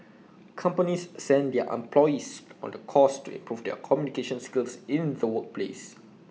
companies send their employees on the course to improve their communication skills in the workplace